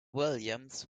williams